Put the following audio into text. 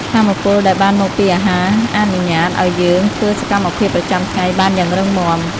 ថាមពលដែលបានមកពីអាហារអនុញ្ញាតឱ្យយើងអាចធ្វើសកម្មភាពប្រចាំថ្ងៃបានយ៉ាងរឹងមាំ។